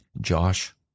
Josh